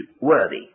worthy